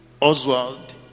Oswald